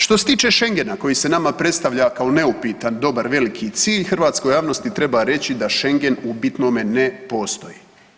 Što se tiče Šengena koji se nama predstavlja kao neupitan dobar veliki cilj hrvatskoj javnosti treba reći da Šengen u bitnome ne postoji.